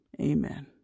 Amen